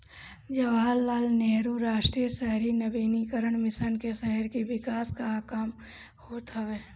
जवाहरलाल नेहरू राष्ट्रीय शहरी नवीनीकरण मिशन मे शहर के विकास कअ काम होत हवे